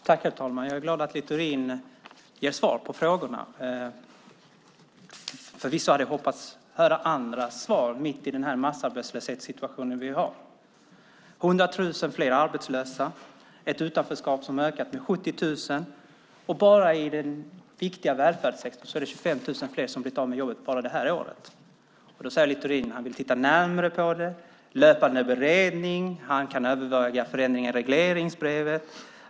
Herr talman! Jag är glad att Littorin ger svar på frågorna. Förvisso hade jag hoppats höra andra svar mitt i den här massarbetslöshetssituationen som vi har med 100 000 fler arbetslösa och ett utanförskap som har ökat med 70 000. I den viktiga välfärdssektorn är det dessutom 25 000 fler som blivit av med jobbet bara det här året. Då säger Littorin att han vill titta närmare på det. Han talar om löpande beredning och att han kan överväga förändringar i regleringsbrevet.